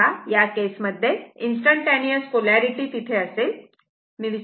तेव्हा या केसमध्ये इंस्टंटटेनिअस पोलारिटी तिथे असे ल